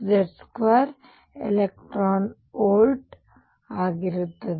6Z2 eV